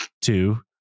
two